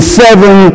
seven